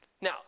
Now